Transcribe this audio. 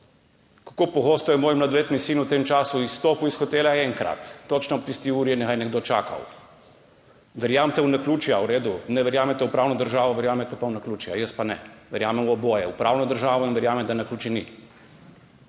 Kako pogosto je moj mladoletni sin v tem času izstopil iz hotela? Enkrat. Točno ob tisti uri in ga je nekdo čakal. Verjemite v naključja, v redu, ne verjamete v pravno državo, verjamete pa v naključja. Jaz pa ne. Verjamem v oboje, v pravno državo in verjamem, da naključij ni.